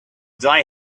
die